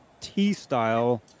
T-style